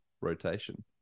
rotation